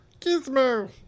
Gizmo